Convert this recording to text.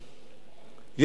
חברי כנסת שסבורים,